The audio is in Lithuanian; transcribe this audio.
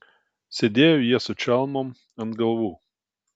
sėdėjo jie su čalmom ant galvų